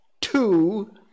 Two